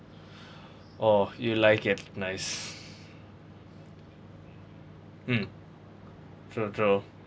orh you like it nice mm true true